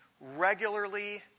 regularly